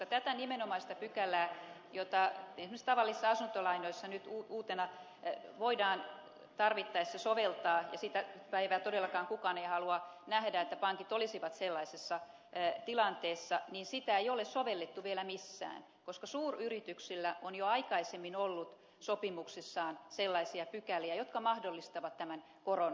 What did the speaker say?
tätä nimenomaista pykälää jota esimerkiksi tavallisissa asuntolainoissa nyt uutena voidaan tarvittaessa soveltaa ja sitä päivää todellakaan kukaan ei halua nähdä että pankit olisivat sellaisessa tilanteessa ei ole sovellettu vielä missään koska suuryrityksillä on jo aikaisemmin ollut sopimuksessaan sellaisia pykäliä jotka mahdollistavat tämän koron nostamisen